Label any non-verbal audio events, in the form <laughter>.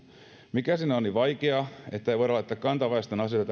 mikä siinä on niin vaikeaa ettei voida laittaa kantaväestön asioita <unintelligible>